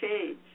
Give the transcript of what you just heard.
change